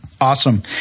awesome